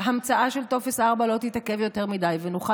שההמצאה של טופס 4 לא תתעכב יותר מדי ונוכל